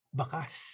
bakas